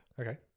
Okay